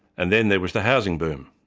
and then there was the housing boom.